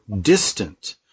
distant